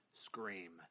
Scream